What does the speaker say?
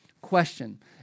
question